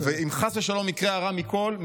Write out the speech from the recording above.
ואם חס ושלום יקרה הרע מכול,